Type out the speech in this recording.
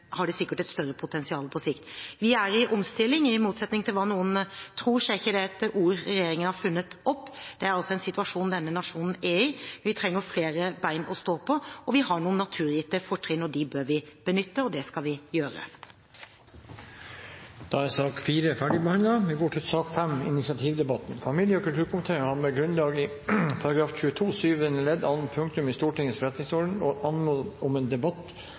har det sikkert et større potensial på sikt. Vi er i omstilling – i motsetning til hva noen tror, så er ikke det et ord regjeringen har funnet opp. Det er altså en situasjon denne nasjonen er i. Vi trenger flere ben å stå på, og vi har noen naturgitte fortrinn, og dem bør vi benytte, og det skal vi gjøre. Da er sak nr. 4 ferdigbehandlet. Familie- og kulturkomiteen har med grunnlag i § 22 syvende ledd annet punktum i Stortingets forretningsorden anmodet om en debatt